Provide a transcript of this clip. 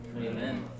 Amen